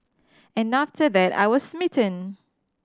and after that I was smitten